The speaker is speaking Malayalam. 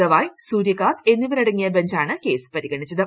ഗവായ് സൂര്യകാന്ത് എന്നിവരടങ്ങിയ ബഞ്ചാണ് കേസ് പരിഗണിച്ചത്